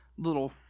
Little